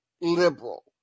liberal